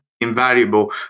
invaluable